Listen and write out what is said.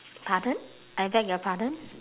pardon I beg your pardon